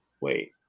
Wait